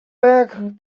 back